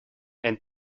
and